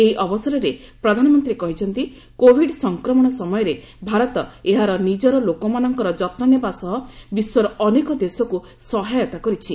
ଏହି ଅବସରରେ ପ୍ରଧାନମନ୍ତ୍ରୀ କହିଛନ୍ତି କୋବିଡ୍ ସଫକ୍ରମଣ ସମୟରେ ଭାରତ ଏହାର ନିଜର ଲୋକମାନଙ୍କର ଯତ୍ନ ନେବା ସହ ବିଶ୍ୱର ଅନେକ ଦେଶକୁ ସହାୟତା କରିଛି